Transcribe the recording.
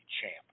champ